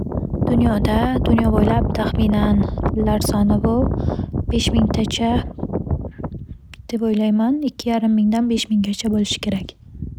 Dunyoda dunyo bo'ylab taxminan tillar soni bu besh mingtacha deb o'ylayman. Ikki yarim mingdan besh mingacha bo'lishi kerak.